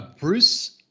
Bruce